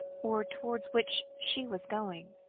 or towards which she was going.